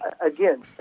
Again